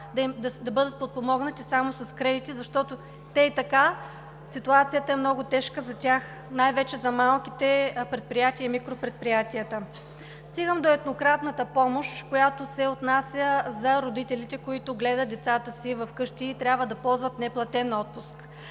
да бъдат подпомогнати само с кредити, защото и така ситуацията е много тежка за тях – най-вече за малките предприятия за микропредприятията. Стигам до еднократната помощ, отнасяща се за родителите, които гледат децата си вкъщи и трябва да ползват неплатен отпуск.